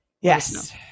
Yes